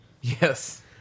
Yes